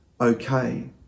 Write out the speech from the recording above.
okay